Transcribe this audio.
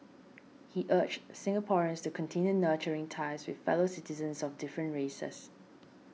he urged Singaporeans to continue nurturing ties with fellow citizens of different races